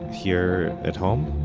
here at home?